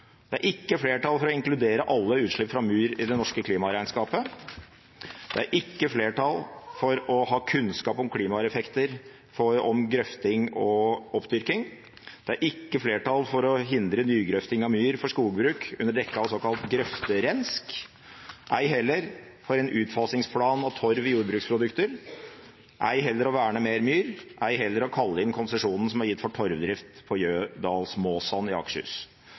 Det er ikke flertall for å inkludere alle utslipp fra myr i det norske klimaregnskapet, det er ikke flertall for å ha kunnskap om klimaeffekter av grøfting og oppdyrking, det er ikke flertall for å hindre nygrøfting av myr for skogbruk, under dekke av såkalt grøfterensk. Det er heller ikke flertall for en utfasingsplan for bruk av torv i jordprodukter, ei heller for å verne mer myr, ei heller for å kalle inn konsesjonen som er gitt til torvdrift på Jødahlsmåsan i Akershus.